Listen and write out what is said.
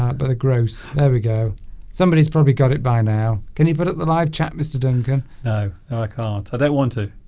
um but the gross there we go somebody's probably got it by now can you put up the live chat mr. duncan no no i can't i don't want to